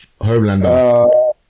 Homelander